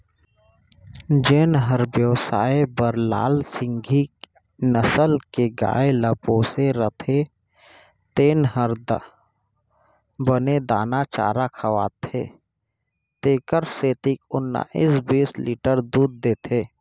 जेन हर बेवसाय बर लाल सिंघी नसल के गाय ल पोसे रथे तेन ह बने दाना चारा खवाथे तेकर सेती ओन्नाइस बीस लीटर दूद देथे